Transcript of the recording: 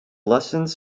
lessons